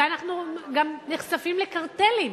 ואנחנו גם נחשפים לקרטלים,